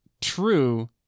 true